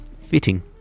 fitting